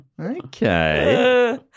Okay